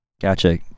Gotcha